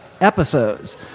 episodes